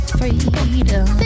freedom